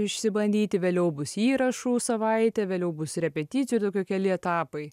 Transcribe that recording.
išsibandyti vėliau bus įrašų savaitė vėliau bus repeticijų ir tokie keli etapai